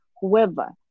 whoever